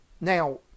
Now